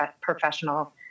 professional